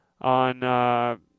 on